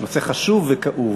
זה נושא חשוב וכאוב.